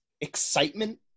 excitement